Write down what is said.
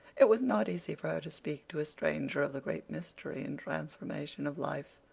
it was not easy for her to speak to a stranger of the great mystery and transformation of life.